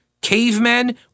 cavemen